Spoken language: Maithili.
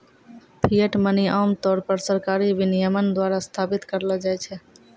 फिएट मनी आम तौर पर सरकारी विनियमन द्वारा स्थापित करलो जाय छै